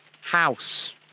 house